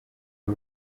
uru